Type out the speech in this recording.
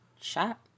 shot